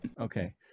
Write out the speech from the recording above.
Okay